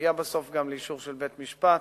שמגיע בסוף גם לאישור של בית-משפט,